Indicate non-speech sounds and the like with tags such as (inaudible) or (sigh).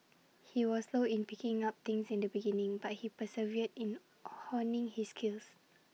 he was slow in picking things up at the beginning but he persevered in (hesitation) honing his skills